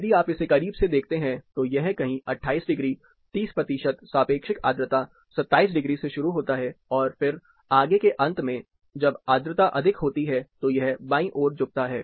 यदि आप इसे करीब से देखते हैं तो यह कहीं 28 डिग्री 30 प्रतिशत सापेक्षिक आर्द्रता 27 डिग्री से शुरू होता है और फिर आगे के अंत में जब आर्द्रता अधिक होती है तो यह बाईं ओर झुकता है